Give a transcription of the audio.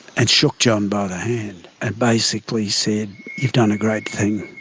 and shook john by the hand and basically said, you've done a great thing.